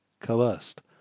coerced